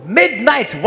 midnight